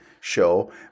show